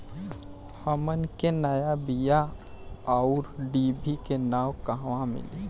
हमन के नया बीया आउरडिभी के नाव कहवा मीली?